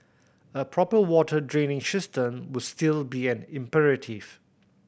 a proper water drainage system would still be an imperative